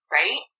Right